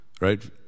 Right